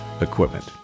equipment